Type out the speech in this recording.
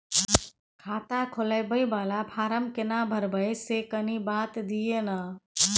खाता खोलैबय वाला फारम केना भरबै से कनी बात दिय न?